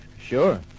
Sure